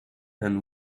and